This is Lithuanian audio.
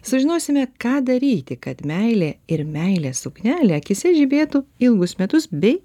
sužinosime ką daryti kad meilė ir meilės ugnelė akyse žibėtų ilgus metus bei